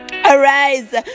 Arise